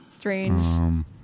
Strange